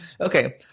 Okay